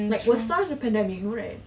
like SARS a pandemic no right